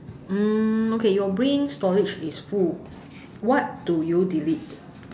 mm okay your brain storage is full what do you delete